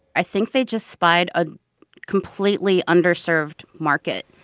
i think they just spied a completely underserved market.